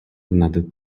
надад